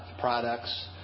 products